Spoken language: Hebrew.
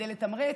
כדי לתמרץ.